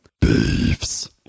beefs